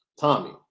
tommy